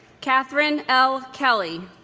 katherine l. kelley